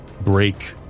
break